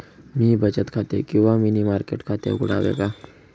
मी बचत खाते किंवा मनी मार्केट खाते उघडावे का?